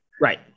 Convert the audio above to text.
Right